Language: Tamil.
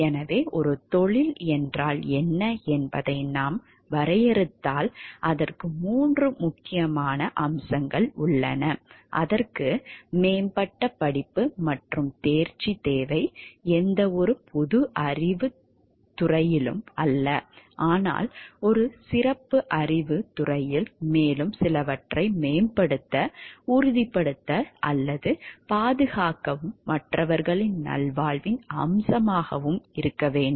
எனவே ஒரு தொழில் என்றால் என்ன என்பதை நாம் வரையறுத்தால் அதற்கு மூன்று முக்கியமான அம்சங்கள் உள்ளன அதற்கு மேம்பட்ட படிப்பு மற்றும் தேர்ச்சி தேவை எந்தவொரு பொது அறிவுத் துறையிலும் அல்ல ஆனால் ஒரு சிறப்பு அறிவுத் துறையில் மேலும் சிலவற்றை மேம்படுத்த உறுதிப்படுத்த அல்லது பாதுகாக்கவும் மற்றவர்களின் நல்வாழ்வின் அம்சம் ஆகும்